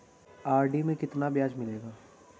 RD में कितना ब्याज मिलेगा?